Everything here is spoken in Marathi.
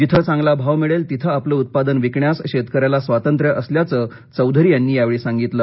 जिथे चांगला भाव मिळेल तिथे आपलं उत्पादन विकण्यास शेतकऱ्याला स्वातंत्र्य असल्याचं चौधरी यांनी यावेळी सांगितलं